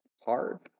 hard